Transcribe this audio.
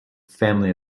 family